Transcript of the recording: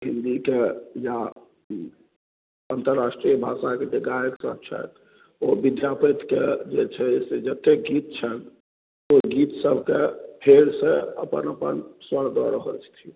हिन्दीके या अंतराष्ट्रीय भाषाके जे गायक सब छथि ओ विद्यापतिके जे छै से जते गीत छनि ओ गीत सबके फेरसँ अपन अपन स्वर दऽ रहल छथिन